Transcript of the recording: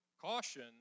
Caution